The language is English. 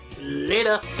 Later